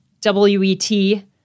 W-E-T